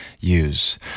use